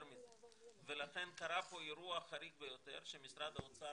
מזה ולכן קרה פה אירוע חריג ביותר שמשרד האוצר,